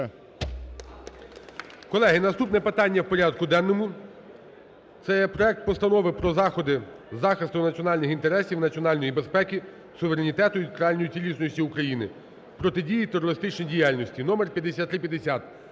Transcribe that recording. Колеги, наступне питання в порядку денному, це є проект Постанови про заходи захисту національних інтересів, національної безпеки, суверенітету і територіальної цілісності України, протидії терористичній діяльності (№ 5350).